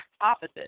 opposite